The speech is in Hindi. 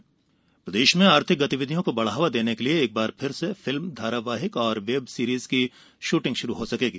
फिल्म शुटिंग प्रदेश में आर्थिक गतिविधियों को बढ़ावा देने के लिये एक बार फिर फिल्म धारावाहिक और वेबसीरीज की शूटिंग शुरू हो सकेगी